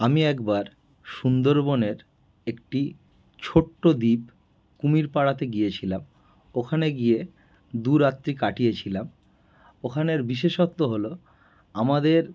আমি একবার সুন্দরবনের একটি ছোট্টো দ্বীপ কুমির পাড়াতে গিয়েছিলাম ওখানে গিয়ে দু রাত্রি কাটিয়েছিলাম ওখানের বিশেষত্ব হলো আমাদের